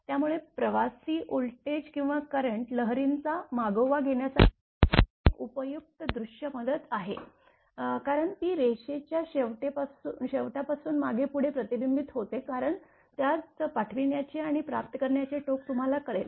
त्यामुळे प्रवासी व्होल्टेज किंवा करंट लहरींचा मागोवा घेण्यासाठी ही एक उपयुक्त दृश्य मदत आहे कारण ती रेषेच्या शेवटापासून मागे पुढे प्रतिबिंबित होते कारण त्यात पाठविण्याचे आणि प्राप्त करण्याचे टोक तुम्हाला कळेल